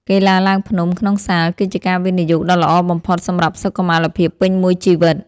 កីឡាឡើងភ្នំក្នុងសាល គឺជាការវិនិយោគដ៏ល្អបំផុតសម្រាប់សុខុមាលភាពពេញមួយជីវិត។